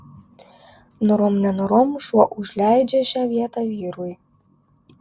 norom nenorom šuo užleidžia šią vietą vyrui